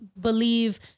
believe